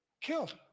killed